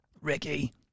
Ricky